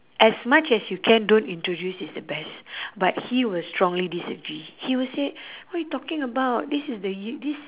as much as you can don't introduce is the best but he will strongly disagree he will say what you talking about this is the you~ this